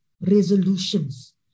resolutions